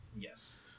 Yes